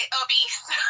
obese